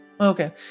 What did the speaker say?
Okay